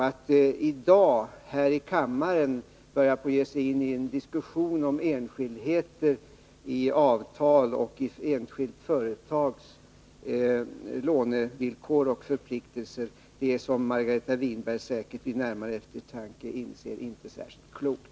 Att i dag här i kammaren ge sig in i en diskussion om enskildheter i avtal, om ett enskilt företags lånevillkor och förpliktelser är, som Margareta Winberg säkert vid närmare eftertanke inser, inte särskilt klokt.